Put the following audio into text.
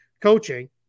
coaching